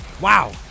Wow